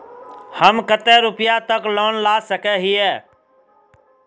हम कते रुपया तक लोन ला सके हिये?